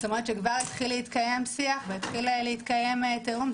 זאת אומרת שכבר התחיל להתקיים שיח והתחיל להתקיים תיאום.